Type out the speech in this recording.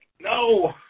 no